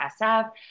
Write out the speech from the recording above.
SF